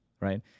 Right